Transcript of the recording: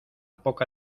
poca